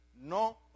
No